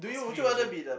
skipping the question